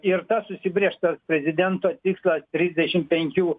ir tas užsibrėžtas prezidento tikslas trisdešim penkių